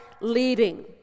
leading